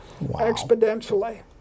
exponentially